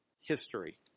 history